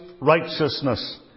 righteousness